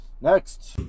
Next